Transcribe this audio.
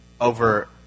over